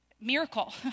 Miracle